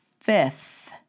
Fifth